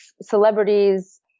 celebrities